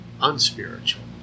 unspiritual